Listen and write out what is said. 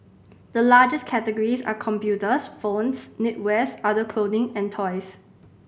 the largest categories are computers phones knitwear other clothing and toys